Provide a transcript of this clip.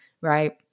right